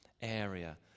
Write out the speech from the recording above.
area